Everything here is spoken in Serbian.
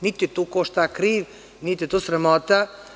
Niti je tu ko šta kriv, niti je to sramota.